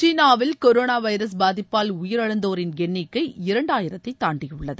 சீனாவில் கொரோனாவைரஸ் பாதிப்பால் உயிரிழந்தோரின் எண்ணிக்கை இரண்டாயிரத்தைதாண்டியுள்ளது